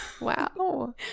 Wow